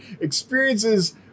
experiences